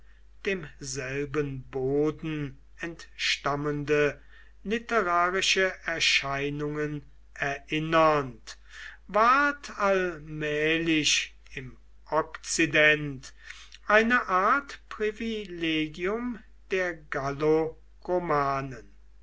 demselben boden entstammende literarische erscheinungen erinnernd ward allmählich im okzident eine art privilegium der